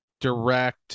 direct